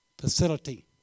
facility